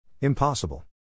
Impossible